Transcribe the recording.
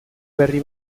berri